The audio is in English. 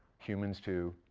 humans to.